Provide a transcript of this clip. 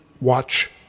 Watch